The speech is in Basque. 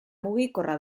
mugikorra